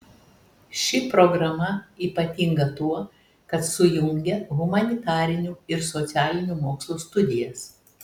ši programa ypatinga tuo kad sujungia humanitarinių ir socialinių mokslų studijas